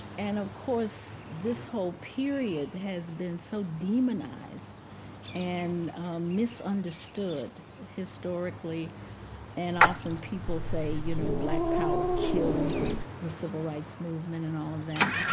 and of course this whole period has been so demonized and misunderstood historically and often people say, you know, black power killed the civil rights movement and all of that.